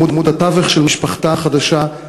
עמוד התווך של משפחתה החדשה,